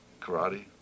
Karate